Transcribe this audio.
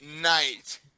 Night